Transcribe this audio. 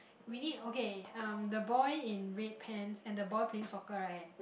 we need okay um the boy in red pants and the boy playing soccer right